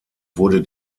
wurde